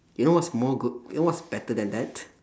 you know what's more good you know what's better than that